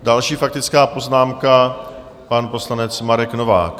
Další faktická poznámka, pan poslanec Marek Novák.